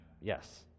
Yes